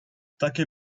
takie